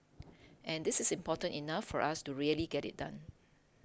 and this is important enough for us to really get it done